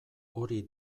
hori